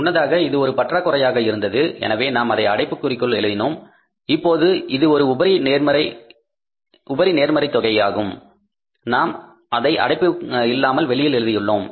முன்னதாக இது ஒரு பற்றாக்குறையாக இருந்தது எனவே நாம் அதை அடைப்புக்குறிக்குள் எழுதினோம் இப்போது இது ஒரு உபரி நேர்மறை தொகை 216000 ஆகும் நான் அதை அடைப்பு இல்லாமல் வெளியில் எழுதியுள்ளேன்